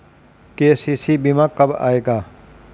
KCC बीमा कब आएगा?